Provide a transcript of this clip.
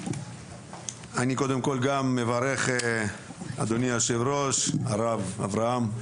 אני קודם כל גם מברך אדוני היושב-ראש הרב אברהם,